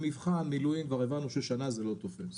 מבחן, מילואים, כבר הבנו ששנה לא תופסת.